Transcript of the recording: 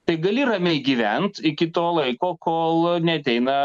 tai gali ramiai gyvent iki to laiko kol neateina